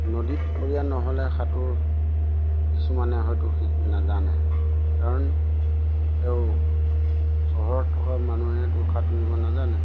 নদীপৰীয়া নহ'লে সাঁতোৰ কিছুমানে হয়তো নাজানে কাৰণ তেওঁ চহৰত থকা মানুহেতো সাঁতুৰিব নাজানে